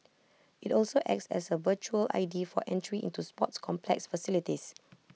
IT also acts as A virtual I D for entry into sports complex facilities